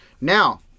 Now